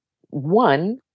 one